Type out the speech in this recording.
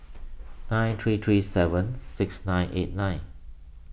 nine three three seven six nine eight nine